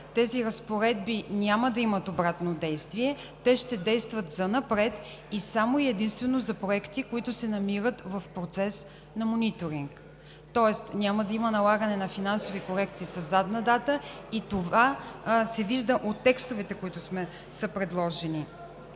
тези разпоредби няма да имат обратно действие. Те ще действат занапред и само и единствено за проекти, които се намират в процес на мониторинг, тоест няма да има налагане на финансови корекции със задна дата и това се вижда от текстовете, които са предложени.